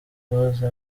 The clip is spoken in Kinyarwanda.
close